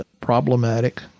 problematic